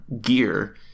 gear